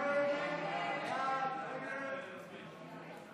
ההסתייגות (11)